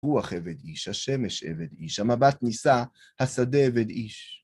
רוח עבד איש, השמש עבד איש, המבט נישא, השדה עבד איש.